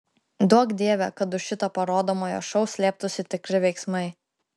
duok dieve kad už šito parodomojo šou slėptųsi tikri veiksmai